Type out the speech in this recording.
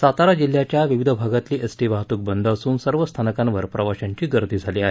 सातारा जिल्ह्याच्या विविध भागातली एसटी वाहतूक बंद असून सर्व स्थानकांवर प्रवाशांची गर्दी झाली आहे